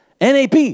NAP